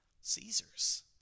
Caesar's